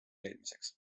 leidmiseks